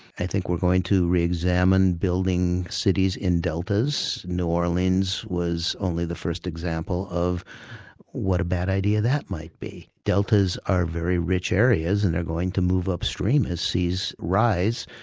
i think we're going to re-examine building cities in deltas. new orleans was only the first example of what a bad idea that might be. deltas are very rich areas and they're going to move upstream as seas rise,